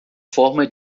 forma